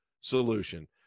solution